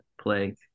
plague